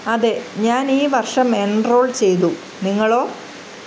അതെ ഞാൻ ഈ വർഷം എൻറോൾ ചെയ്തു നിങ്ങളോ